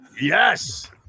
yes